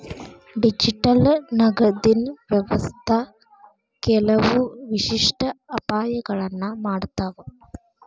digital ನಗದಿನ್ ವ್ಯವಸ್ಥಾ ಕೆಲವು ವಿಶಿಷ್ಟ ಅಪಾಯಗಳನ್ನ ಮಾಡತಾವ